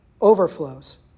overflows